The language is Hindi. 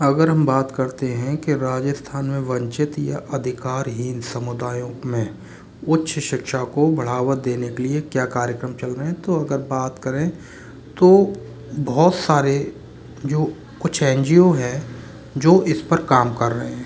अगर हम बात करते हैं कि राजस्थान में वंचित या अधिकारहीन समुदायो में उच्च शिक्षा को बढ़ावा देने के लिए क्या कार्यक्रम चल रहें है तो अगर बात करें तो बहुत सारे जो कुछ एन जी ओ हैं जो इस पर काम कर रहे हैं